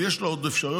יש לו עוד אפשרויות,